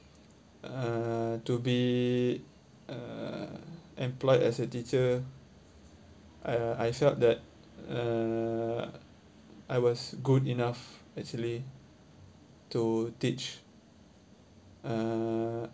uh to be uh employed as a teacher uh I felt that uh I was good enough actually to teach uh